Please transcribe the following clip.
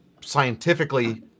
scientifically